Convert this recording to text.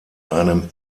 einem